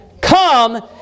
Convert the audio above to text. come